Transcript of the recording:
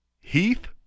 Heath